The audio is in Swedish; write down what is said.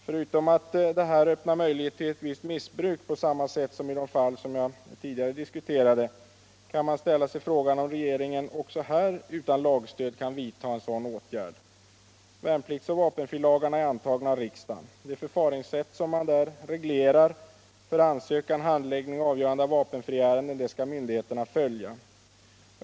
Förutom att detta öppnar möjlighet till ett visst missbruk på samma sätt som i de fall jag tidigare berörde kan man ställa sig frågan om regeringen också här utan lagstöd kan vidta en sådan åtgärd. Värnpliktsoch vapenfrilagarna är antagna av riksdagen. Det förfaringssätt som där regleras för ansökan, handläggning och avgörande av vapenfriärenden skall myndigheterna följa.